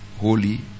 holy